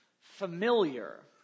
familiar